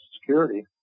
Security